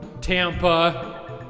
Tampa